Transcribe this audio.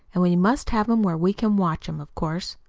and we must have him where we can watch him, of course.